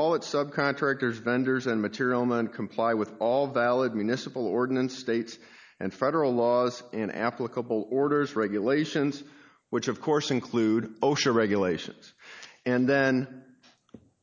all its sub contractors vendors and material none comply with all valid municipal ordinance states and federal laws and applicable orders regulations which of course include osha regulations and then